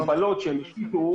אנחנו נעבוד איתם כדי לעשות את זה.